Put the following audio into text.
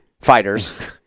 fighters